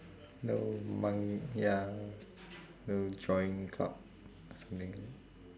no mang~ ya no drawing club something